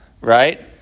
right